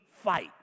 fight